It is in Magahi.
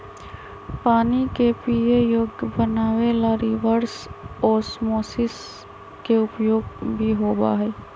पानी के पीये योग्य बनावे ला रिवर्स ओस्मोसिस के उपयोग भी होबा हई